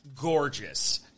Gorgeous